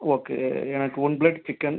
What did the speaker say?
okay எனக்கு one plate chicken